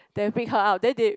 then pick her up then they